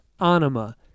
Anima